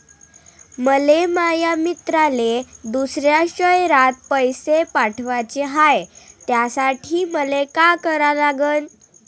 मले माया मित्राले दुसऱ्या शयरात पैसे पाठवाचे हाय, त्यासाठी मले का करा लागन?